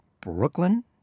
Brooklyn